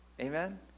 Amen